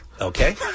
Okay